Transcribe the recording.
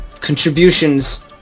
contributions